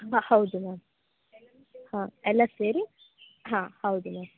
ಹಾಂ ಹೌದು ಮ್ಯಾಮ್ ಹಾಂ ಎಲ್ಲ ಸೇರಿ ಹಾಂ ಹೌದು ಮ್ಯಾಮ್